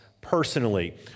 personally